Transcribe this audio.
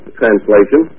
translation